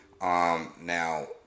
Now